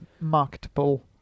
marketable